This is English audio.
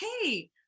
hey